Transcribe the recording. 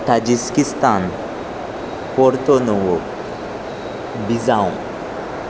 Tajikistan Porto Novo बिजांवव